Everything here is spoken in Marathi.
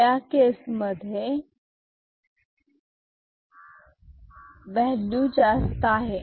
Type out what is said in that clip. या केस मध्ये व्हॅल्यू जास्त आहे